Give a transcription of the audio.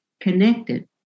connected